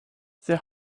their